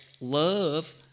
Love